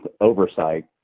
oversight